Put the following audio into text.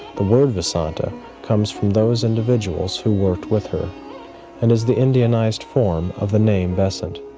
the word vasanta comes from those individuals who worked with her and is the indianized form of the name besant.